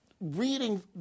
reading